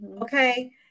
Okay